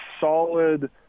solid